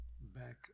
Back